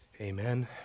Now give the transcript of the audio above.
Amen